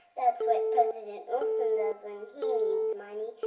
that's what president wilson does when he needs money.